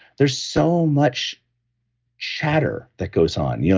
there's so much chatter that goes on. you know